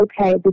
okay